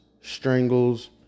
strangles